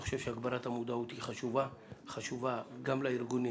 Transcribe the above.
אני חושב שהגברת המודעות היא חשובה גם לארגונים